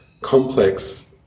complex